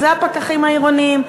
וזה הפקחים העירוניים.